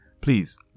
Please